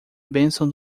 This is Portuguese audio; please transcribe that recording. bênção